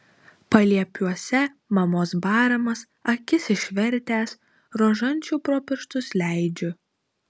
paliepiuose mamos baramas akis išvertęs rožančių pro pirštus leidžiu